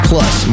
Plus